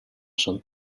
son